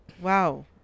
Wow